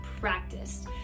practiced